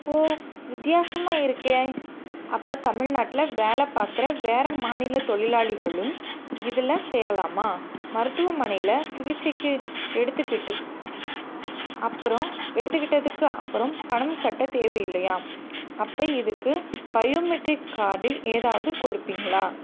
ஓ வித்தியாசமாக இருக்கே அப்போ தமிழ்நாட்டில் வேலை பார்க்குற வேறு மாநில தொலிலாளிகளும் இதில் சேரலாமா மருத்துவமனையில் சிகிச்சைக்கு எடுத்துகிட்டு அப்புறம் எடுத்துகிட்டதுக்கப்புறம் பணம் கட்ட தேவையில்லையா அப்போ இதுக்கு பயோமெட்ரிக் கார்டு ஏதாவது கொடுப்பீங்களா